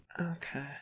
Okay